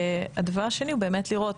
הדבר השני הוא באמת לראות